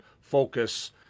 focus